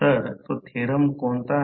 तर तो थेरम कोणता आहे